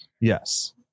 Yes